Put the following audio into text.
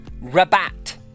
Rabat